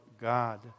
God